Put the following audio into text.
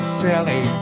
silly